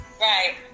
Right